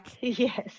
yes